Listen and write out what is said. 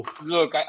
look